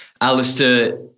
Alistair